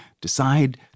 decide